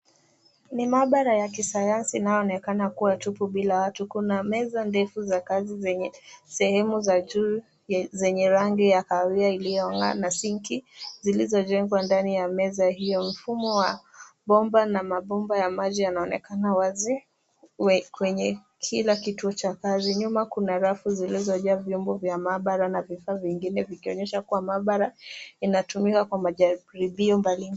Ni maabara ya kisayansi inayoonekana kuwa tupu bila watu. Kuna meza ndefu za kazi zenye sehemu za juu, zenye rangi ya kahawia iliyong'aa na sinki zilizojengwa ndani ya meza hiyo. Mfumo wa bomba na mabomba ya maji yanaonekana wazi, kwenye kila kituo cha kazi. Nyuma kuna rafu zilizojaa vyombo vya maabara na vifaa vingine vikionyesha kuwa maabara inatumika kwa majaribio mbalimbali.